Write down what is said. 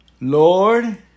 Lord